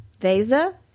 Vesa